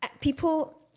people